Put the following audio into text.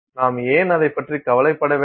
நாம் ஏன் அதைப் பற்றி கவலைப்பட வேண்டும்